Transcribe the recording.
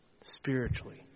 Spiritually